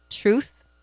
truth